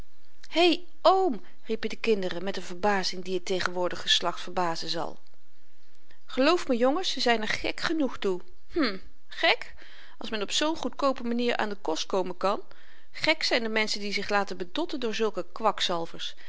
hé oom riepen de kinderen met n verbazing die het tegenwoordig geslacht verbazen zal geloof me jongens ze zyn er gek genoeg toe hm gek als men op zoo'n goedkoope manier aan den kost komen kan gek zyn de menschen die zich laten bedotten door zulke kwakzalvers